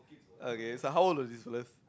okay so how old are these fellas